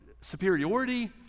superiority